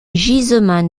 gisement